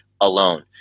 alone